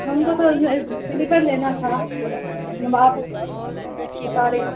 ہم کو تو سلیپر لینا تھا اب آپ بتا رہی ہیں